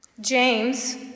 James